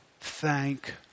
thank